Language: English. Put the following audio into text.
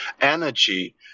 energy